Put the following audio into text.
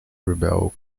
rebel